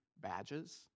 badges